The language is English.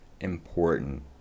important